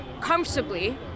comfortably